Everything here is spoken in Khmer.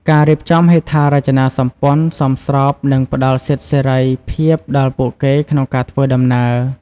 ការរៀបចំហេដ្ឋារចនាសម្ព័ន្ធសមស្របនឹងផ្តល់សិទ្ធិសេរីភាពដល់ពួកគេក្នុងការធ្វើដំណើរ។